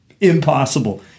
Impossible